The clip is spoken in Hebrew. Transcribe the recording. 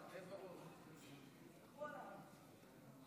אני כבר מבטיח לך שאני אהיה קצר